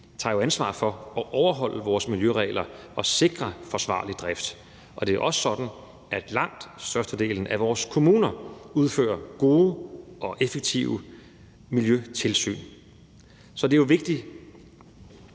tager ansvar for at overholde vores miljøregler og for at sikre en forsvarlig drift. Det er også sådan, at langt størstedelen af vores kommuner udfører gode og effektive miljøtilsyn.